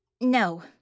No